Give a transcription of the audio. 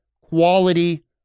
quality